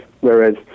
Whereas